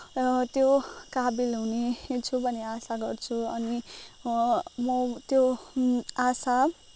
त्यो काबिल हुनेछु भन्ने आशा गर्छु अनि म त्यो आशा